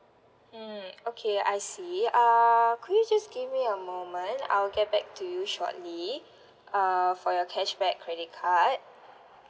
hmm okay I see uh could you just give me a moment I'll get back to you shortly uh for your cashback credit card